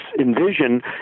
envision